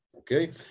okay